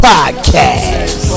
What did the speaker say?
Podcast